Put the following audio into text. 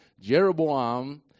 Jeroboam